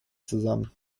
zusammen